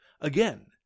Again